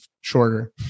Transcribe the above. shorter